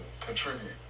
contribute